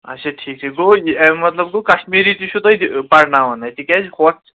اچھا ٹھیٖک ٹھیٖک گوٚو اَمیُک مطلب گوٚو کشمیٖری تہِ چھُو تۄہہِ پرناوان اَتہِ تِکیٛازِ ہُتھ